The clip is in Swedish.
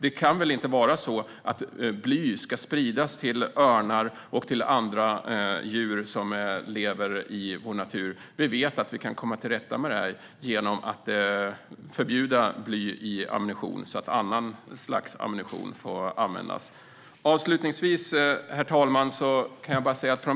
Det kan väl inte vara så att bly ska spridas till örnar och andra djur som lever i vår natur? Vi vet att vi kan komma till rätta med detta genom att förbjuda bly i ammunition så att annan ammunition får användas. Herr talman!